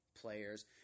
players